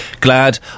Glad